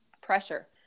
pressure